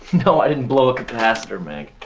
no i didn't blow a capacitor, meg.